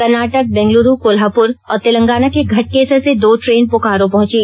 कर्नाटक बेंगलुरु कोल्हापुर और तेलंगाना के घटकेसर से दो ट्रेन बोकारो पहुंची